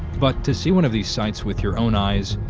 but to see one of these sites with your own eyes,